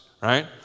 Right